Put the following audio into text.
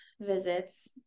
visits